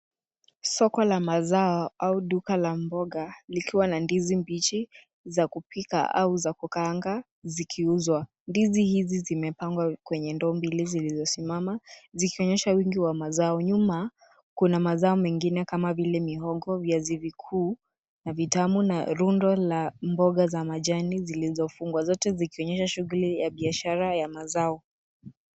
Soko la mazao au duka la mboga likiwa na ndizi mbichi za kupika au za kukaanga zikiuzwa. Ndizi hizi zimepangwa kwenye ndoo mbili zilizosimama zikionyesha wingi wa mazao. Nyuma kuna mazao mengine kama vile mihogo, viazi vikuu na vitamu na rundo la mboga za majani zilizofungwa. Zote zikionyesha shughuli ya biashara ya mazao.